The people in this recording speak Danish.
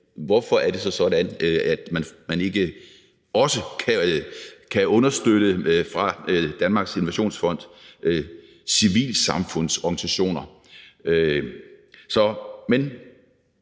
hvorfor er det så sådan, at man ikke også fra Danmarks Innovationsfond kan understøtte civilsamfundsorganisationer?